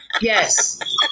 Yes